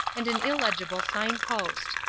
and an illegible signpost.